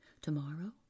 tomorrow